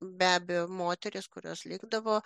be abejo moterys kurios likdavo